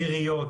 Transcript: עיריות,